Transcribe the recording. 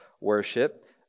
worship